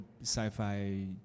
sci-fi